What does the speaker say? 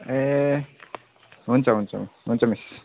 ए हुन्छ हुन्छ हुन्छ मिस